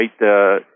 right